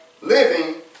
living